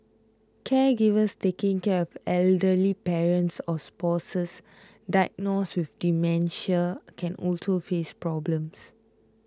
caregivers taking care of elderly parents or spouses diagnosed with dementia can also face problems